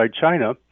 China